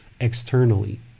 externally